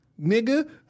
Nigga